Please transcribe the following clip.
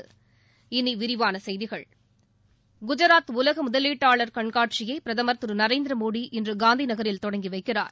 இனி விரிவான செய்திகள் குஜராத் உலக முதலீட்டாளர் கண்காட்சியை பிரதமர் திரு நரேந்திர மோடி இன்று காந்தி நகரில் தொடங்கி வைக்கிறார்